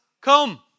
come